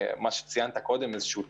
איני יודע איפה שמעת את מה שציטטת מפי ראש אגף